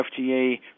FDA